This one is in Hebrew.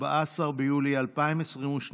14 ביולי 2022,